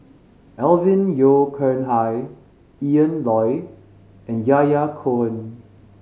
Alvin Yeo Khirn Hai Ian Loy and Yahya Cohen